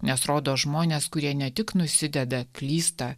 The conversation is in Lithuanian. nes rodo žmones kurie ne tik nusideda klysta